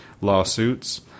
lawsuits